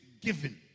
given